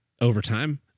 overtime